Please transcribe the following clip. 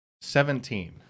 Seventeen